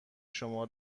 شما